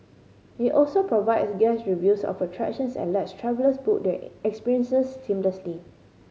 it also provides guest reviews of attractions and lets travellers book their experiences seamlessly